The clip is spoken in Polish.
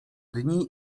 dni